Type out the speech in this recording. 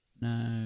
No